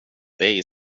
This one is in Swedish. dig